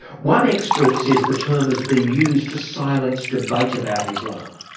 one expert says the term has been used to silence debate about islam.